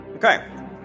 Okay